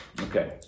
Okay